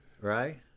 Right